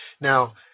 Now